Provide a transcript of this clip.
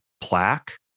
plaque